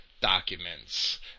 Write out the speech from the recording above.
documents